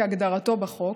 כהגדרתו בחוק,